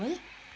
भयो